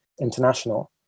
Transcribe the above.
international